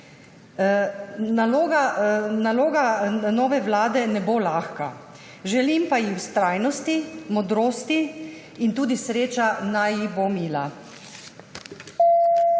Naloga nove vlade ne bo lahka, želim pa ji vztrajnosti, modrosti in tudi sreča naj ji bo mila.